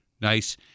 nice